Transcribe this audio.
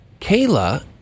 Kayla